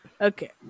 Okay